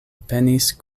penis